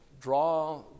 draw